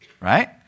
right